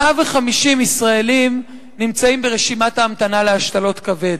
150 ישראלים נמצאים ברשימת ההמתנה להשתלות כבד.